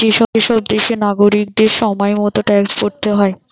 সব দেশেরই নাগরিকদের সময় মতো ট্যাক্স ভরতে হয়